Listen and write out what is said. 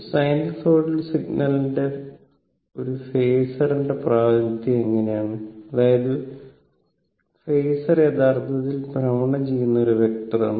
ഒരു സൈനസോയ്ഡൽ സിഗ്നലിന്റെ ഒരു ഫേസറിന്റെ പ്രാതിനിധ്യം ഇങ്ങനെയാണ് അതായത് ഫേസർ യഥാർത്ഥത്തിൽ ഭ്രമണം ചെയ്യുന്ന ഒരു വെക്റ്ററാണ്